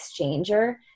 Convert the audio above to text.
exchanger